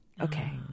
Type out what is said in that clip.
okay